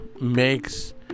makes